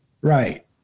Right